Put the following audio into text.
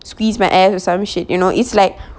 squeeze my ass or some shit you know it's like